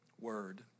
word